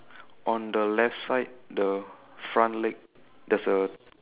on the left side the front leg there's a